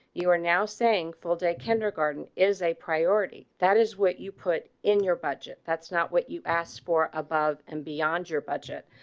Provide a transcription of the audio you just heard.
you are now saying full day kindergarten is a priority that is what you put in your budget that's not what you ask for above and beyond your budget.